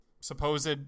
supposed